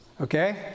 Okay